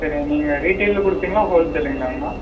சரிங்க நீங்கள் ரீடைலில் கொடுப்பீங்களா ஹோல் சேலுங்களாங்க அண்ணா